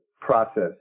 process